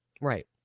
Right